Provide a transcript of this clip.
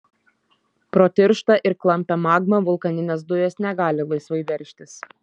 pro tirštą ir klampią magmą vulkaninės dujos negali laisvai veržtis